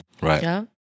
right